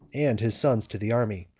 and his sons to the army.